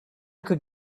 could